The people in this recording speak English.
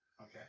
Okay